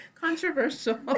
Controversial